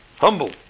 humble